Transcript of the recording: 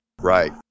Right